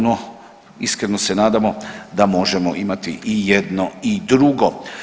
No, iskreno se nadamo da možemo imati i jedno i drugo.